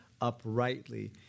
uprightly